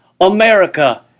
America